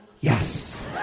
Yes